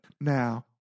now